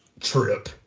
trip